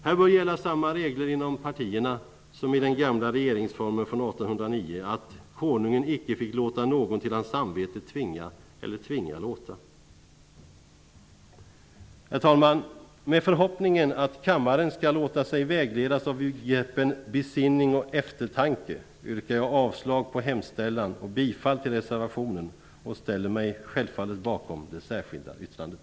Här bör gälla samma regler inom partierna som i den gamla regeringsformen från 1809, att ''konungen icke fick låta någon till hans samvete tvinga eller tvinga låta''. Herr talman! Med förhoppningen att kammaren skall låta sig vägledas av begreppen besinning och eftertanke yrkar jag avslag på hemställan och bifall till reservationen och ställer mig självfallet bakom det särskilda yttrandet.